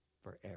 Forever